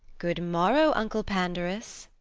good morrow, uncle pandarus.